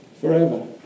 Forever